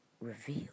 reveal